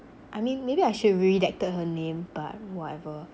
I mean maybe I should've redacted her name but whatever